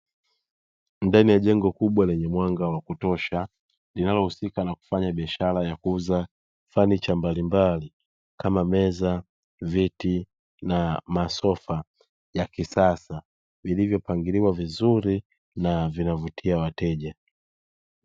Ndani ya jengo kubwa lenye mwanga wa kutosha linalohusika na uuzaji wa fenicha mbalimbali kama meza, viti, na masofa ya kisasa vilivyopangwa vizuri na vinavutia wateja.